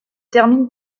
termine